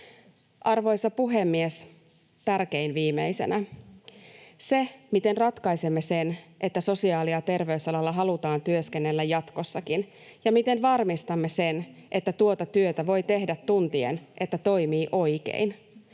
Arvoisa puhemies! Tärkein viimeisenä: se, miten ratkaisemme sen, että sosiaali- ja terveysalalla halutaan työskennellä jatkossakin, ja miten varmistamme sen, että tuota työtä voi tehdä tuntien, että toimii oikein,